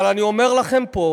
אבל אני אומר לכם פה: